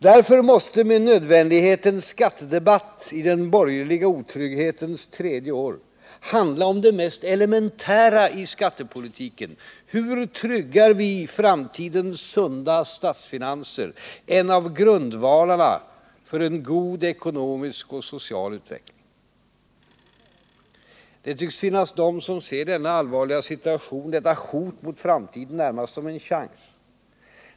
Därför måste en skattedebatt i den borgerliga otrygghetens tredje år med nödvändighet handla om det mest elementära i skattepolitiken: hur vi skall trygga framtidens sunda statsfinanser, en av grundvalarna för en god ekonomisk och social utveckling. Det tycks finnas de som ser denna allvarliga situation, detta hot mot framtiden, närmast som en chans.